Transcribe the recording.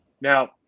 Now